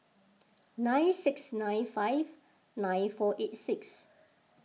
nine six nine five nine four eight six